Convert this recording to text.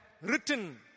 written